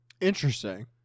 Interesting